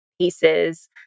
pieces